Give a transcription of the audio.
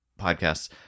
podcasts